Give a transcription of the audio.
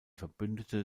verbündete